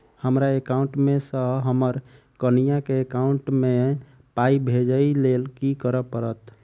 हमरा एकाउंट मे सऽ हम्मर कनिया केँ एकाउंट मै पाई भेजइ लेल की करऽ पड़त?